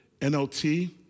NLT